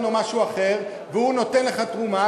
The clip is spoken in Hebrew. או משהו אחר והוא נותן לך תרומה,